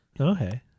Okay